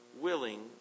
Willing